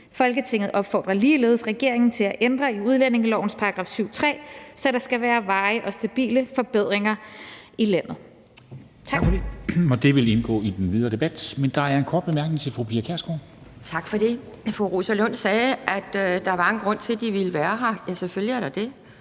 Folketinget opfordrer ligeledes regeringen til at ændre i udlændingelovens § 7, stk. 3, så der skal være varige og stabile forhold i hjemlandet,